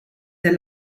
der